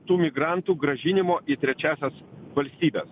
tų migrantų grąžinimo į trečiąsias valstybes